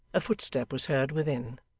a footstep was heard within,